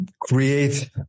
create